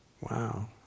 Wow